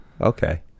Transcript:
okay